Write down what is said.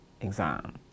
exam